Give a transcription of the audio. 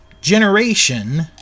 generation